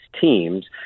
teams